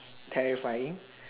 terrifying